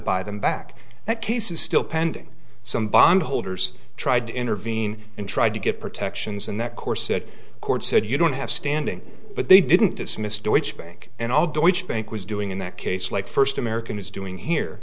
buy them back that case is still pending some bondholders tried to intervene and tried to get protections in that corset court said you don't have standing but they didn't dismiss deutsche bank and all deutsche bank was doing in that case like first american is doing here